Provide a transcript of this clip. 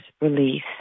release